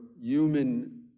human